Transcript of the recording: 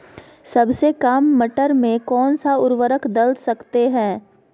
सबसे काम मटर में कौन सा ऊर्वरक दल सकते हैं?